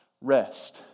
rest